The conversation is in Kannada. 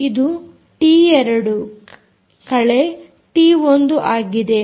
ಇದು ಟಿ2 ಕಳೆ ಟಿ1 ಆಗಿದೆ